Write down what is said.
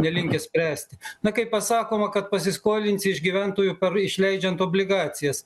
nelinkę spręsti na kai pasakoma kad pasiskolinsi iš gyventojų išleidžiant obligacijas